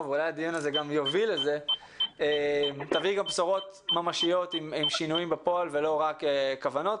שהיא תביא גם בשורות ממשיות ושינויים בפועל ולא רק כוונות.